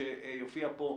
שיופיע פה,